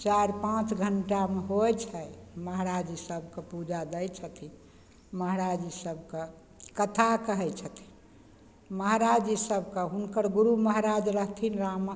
चारि पाँच घण्टामे होइ छै महराज जी सबके पूजा दै छथिन महराज जी सबके कथा कहय छथिन महराज जी सबके हुनकर गुरु महाराज रहथिन रामा